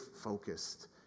focused